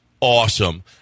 awesome